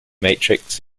matrix